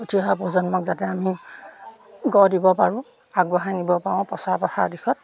উঠি অহা প্ৰজন্মক যাতে আমি গঢ় দিব পাৰোঁ আগবঢ়াই নিব পাৰোঁ প্ৰচাৰ প্ৰসাৰৰ দিশত